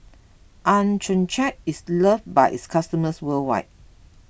Accucheck is loved by its customers worldwide